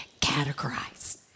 categorize